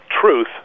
truth